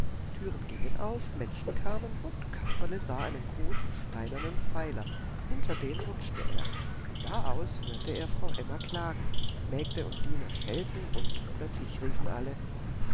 türen gingen auf menschen kamen und kasperle sah einen großen steinernen pfeiler hinter den rutschte er von da aus hörte er frau emma klagen mägde und diener schelten und plötzlich riefen alle